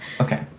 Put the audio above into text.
Okay